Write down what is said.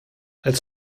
als